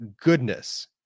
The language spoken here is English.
goodness